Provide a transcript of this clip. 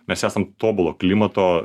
mes esam tobulo klimato